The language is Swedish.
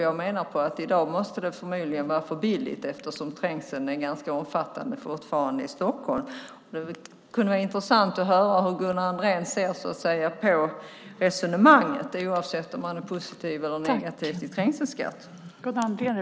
Jag menar att det i dag förmodligen är för billigt eftersom trängseln fortfarande är ganska omfattande i Stockholm. Det kunde vara intressant att höra hur Gunnar Andrén ser på resonemanget oavsett om han är positiv eller negativ till trängselskatter.